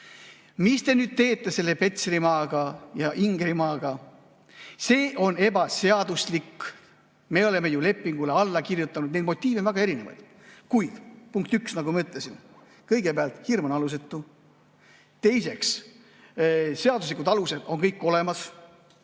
Mis te nüüd teete selle Petserimaaga ja Ingerimaaga? See on ebaseaduslik, me oleme ju lepingule alla kirjutanud. Neid motiive on väga erinevaid. Kuid punkt üks, nagu ma ütlesin: kõigepealt, hirm on alusetu. Teiseks, seaduslikud alused on kõik olemas.